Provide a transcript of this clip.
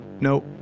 no